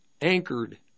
anchored